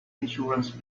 insurance